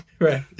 Right